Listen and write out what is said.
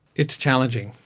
it's challenging.